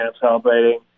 celebrating